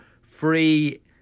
free